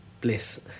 bliss